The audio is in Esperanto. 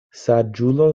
saĝulo